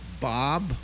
Bob